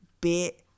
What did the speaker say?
bit